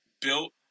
built